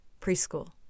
Preschool